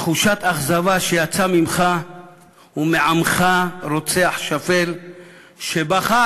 תחושת אכזבה שיצא ממך ומעמך רוצח שפל שבחר,